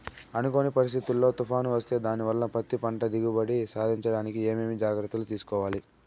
అనుకోని పరిస్థితుల్లో తుఫాను వస్తే దానివల్ల పత్తి పంట దిగుబడి సాధించడానికి ఏమేమి జాగ్రత్తలు తీసుకోవాలి?